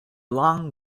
long